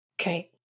Okay